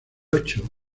ocho